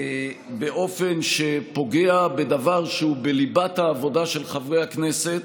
באופן שפוגע בדבר שהוא בליבת העבודה של חברי הכנסת